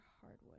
hardwood